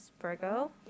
Virgo